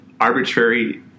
arbitrary